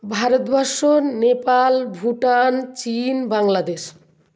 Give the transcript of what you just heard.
ভারতবর্ষ নেপাল ভুটান চীন বাংলাদেশ